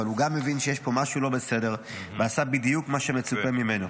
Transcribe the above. אבל הוא גם הבין שיש פה משהו לא בסדר ועשה בדיוק מה שמצופה ממנו.